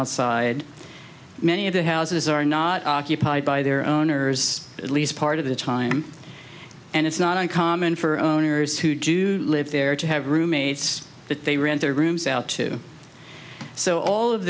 outside many of the houses are not occupied by their owners at least part of the time and it's not uncommon for owners who do live there to have roommates but they rent their rooms out too so all of